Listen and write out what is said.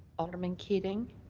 alderman keating.